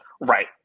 Right